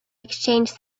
exchanged